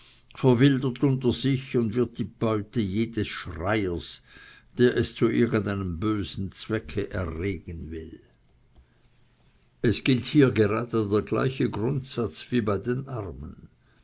verwildert unter sich und wird die beute jedes schreiers der es zu irgend einem bösen zwecke erregen will es gilt hier gerade der gleiche grundsatz wie bei den armen